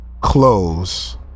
close